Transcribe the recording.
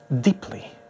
deeply